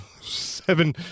seven